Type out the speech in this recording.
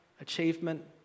achievement